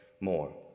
more